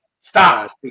Stop